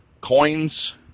Coins